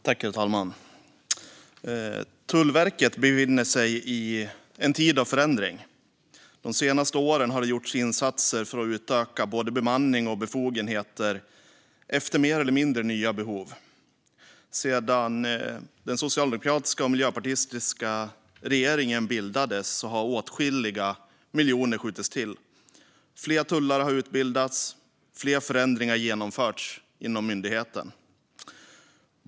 Herr talman! Tullverket befinner sig i en tid av förändring. De senaste åren har det gjorts insatser för att utöka både bemanning och befogenheter efter mer eller mindre nya behov. Sedan den socialdemokratiska och miljöpartistiska regeringen bildades har åtskilliga miljoner skjutits till. Flera tullare har utbildats, och fler förändringar har genomförts inom myndigheten.